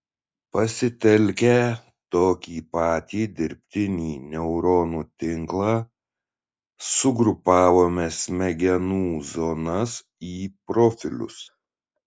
pasitelkę tokį patį dirbtinį neuronų tinklą sugrupavome smegenų zonas į profilius